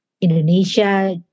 Indonesia